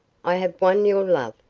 i have won your love,